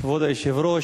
כבוד היושב-ראש,